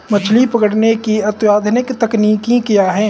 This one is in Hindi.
मछली पकड़ने की अत्याधुनिक तकनीकी क्या है?